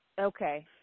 okay